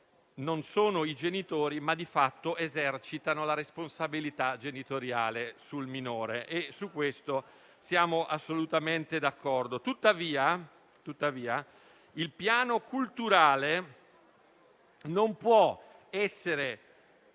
non sono i genitori, ma che di fatto esercitano la responsabilità genitoriale sul minore. Su questo siamo assolutamente d'accordo. Tuttavia, il piano culturale non può essere